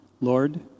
Lord